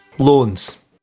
Loans